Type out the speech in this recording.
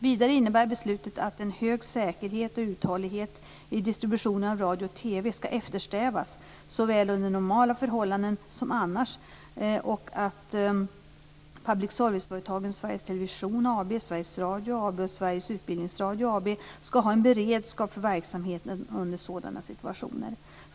Vidare innebär beslutet att en hög säkerhet och uthållighet i distributionen av radio och TV skall eftersträvas såväl under normala förhållanden som annars och att public service-företagen Sveriges Television AB, Sveriges Radio AB och Sveriges Utbildningsradio AB skall ha en beredskap för verksamheten under sådana situationer.